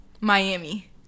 Miami